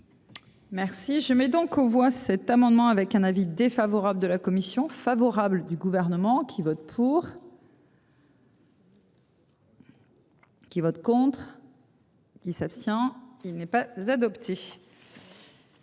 Merci je mets donc on voit cet amendement avec un avis défavorable de la commission favorable du gouvernement qui vote pour. Qui vote contre. 10, absent il n'est pas adopté.